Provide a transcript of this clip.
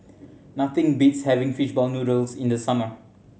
nothing beats having fishball noodles in the summer